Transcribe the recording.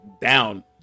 down